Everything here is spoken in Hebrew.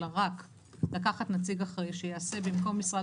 אלא רק לקחת נציג אחראי שיעשה במקום משרד